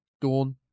Dawn